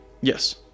Yes